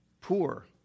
poor